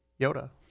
yoda